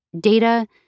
data